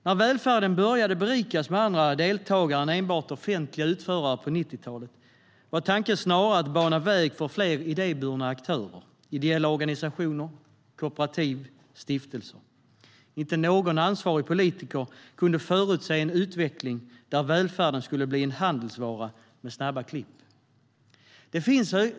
När välfärden började berikas med andra deltagare än enbart offentliga utförare på 90-talet var tanken snarare att bana väg för fler idéburna aktörer: ideella organisationer, kooperativ eller stiftelser. Inte någon ansvarig politiker kunde förutse en utveckling där välfärden skulle bli en handelsvara med snabba klipp.